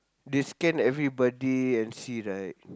they scan everybody and see right